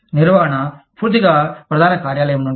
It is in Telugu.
నిర్వహణ పూర్తిగా ప్రధాన కార్యాలయం నుండి